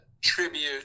Tribute